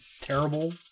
terrible